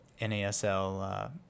NASL